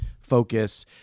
focus